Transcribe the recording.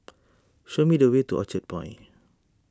show me the way to Orchard Point